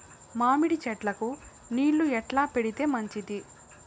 మామిడి చెట్లకు నీళ్లు ఎట్లా పెడితే మంచిది?